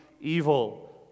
evil